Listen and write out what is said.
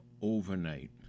overnight